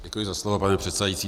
Děkuji za slovo, pane předsedající.